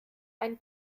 einen